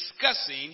discussing